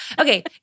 Okay